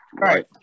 Right